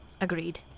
Agreed